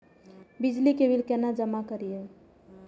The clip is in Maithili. बिजली के बिल केना जमा करिए?